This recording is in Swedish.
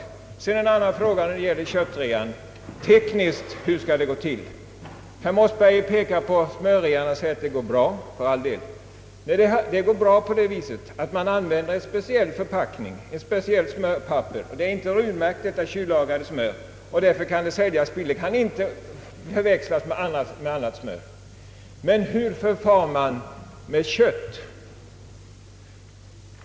Sedan har jag en annan fråga när det gäller köttrealisationen: Hur skall den tekniskt gå till? Herr Mossberger pekar på smörrealisationen och säger att den gått bra. För all del, där går det bra genom att man använder en speciell förpackning, ett speciellt smörpapper. Detta kyllagrade smör är inte runmärkt och därför kan det säljas till lågt pris. Det kan inte förväxlas med annat smör. Men hur förfar man med kött?